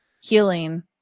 healing